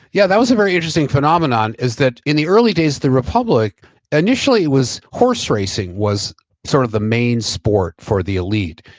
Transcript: yeah, that was a very interesting phenomenon is that, in the early days the republic initially was horse racing, was sort of the main sport for the elite.